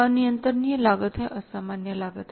अनियंत्रित लागत हैं असामान्य लागत हैं